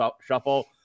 shuffle